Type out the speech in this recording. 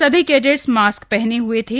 सभी cadet mask पहने हए थे